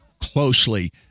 closely